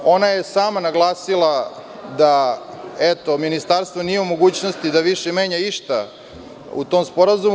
Ona je sama naglasila da ministarstvo nije u mogućnosti da više menja išta u tom sporazumu.